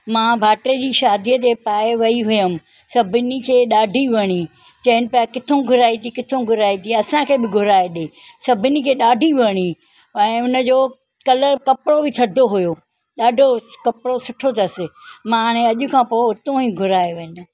मां भाट्रे जी शादीअ ते पाए वई हुअमि सभिनी खे ॾाढी वणी चइनि पिया किथो घुराई थी किथो घुराई थी असांखे बि घुराए ॾिए सभिनी खे ॾाढी वणी ऐं उन जो कलर कपिड़ो बि छदो हुओ ॾाढो कपिड़ो सुठो अथसि मां हाणे अॼ खां पोइ हुतो ई घुराईंदमि